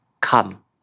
come